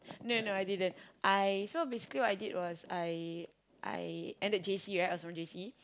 no no I didn't I so basically what I did was I I ended J_C right I was from J_C